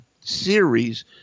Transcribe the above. series